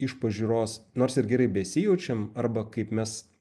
iš pažiūros nors ir gerai besijaučiančiam arba kaip mes